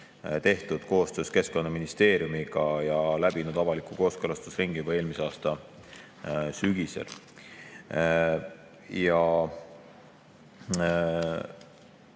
tehtud koostöös Keskkonnaministeeriumiga ja läbinud avaliku kooskõlastusringi eelmise aasta sügisel. Kui